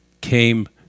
came